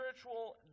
spiritual